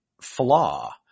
flaw